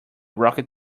rocket